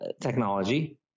technology